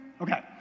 Okay